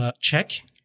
check